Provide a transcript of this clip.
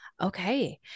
Okay